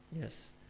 Yes